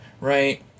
right